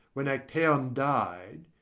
when actaeon died,